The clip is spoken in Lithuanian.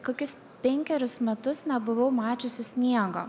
kokius penkerius metus nebuvau mačiusi sniego